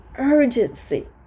urgency